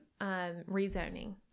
rezoning